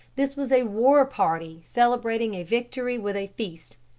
this was a war party celebrating a victory with a feast.